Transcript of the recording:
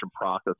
process